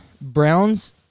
Browns